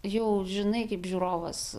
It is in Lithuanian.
jau žinai kaip žiūrovas